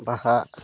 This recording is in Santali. ᱵᱟᱦᱟ